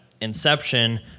Inception